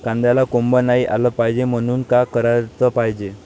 कांद्याला कोंब नाई आलं पायजे म्हनून का कराच पायजे?